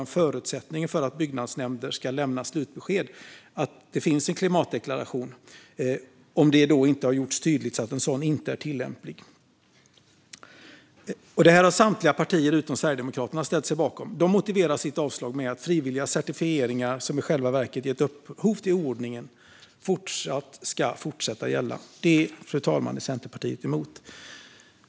En förutsättning för att byggnadsnämnder ska få lämna slutbesked är att det finns en klimatdeklaration, om det inte gjorts tydligt att en sådan inte är tillämplig. Detta har samtliga partier utom Sverigedemokraterna ställt sig bakom. De motiverar sitt avslag med att de frivilliga certifieringarna, som i själva verket gett upphov till oordningen, ska fortsätta att gälla. Det är Centerpartiet emot, fru talman.